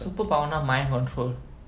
super power னா:naa mind control